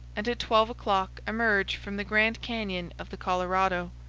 and at twelve o'clock emerge from the grand canyon of the colorado.